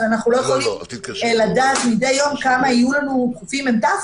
אבל אנחנו לא יכולים לדעת מדי יום כמה יהיו לנו דחופים מ"ת,